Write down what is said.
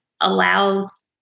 allows